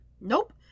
Nope